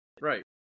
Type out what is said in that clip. Right